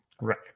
right